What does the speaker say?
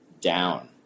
down